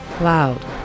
loud